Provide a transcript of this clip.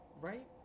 Right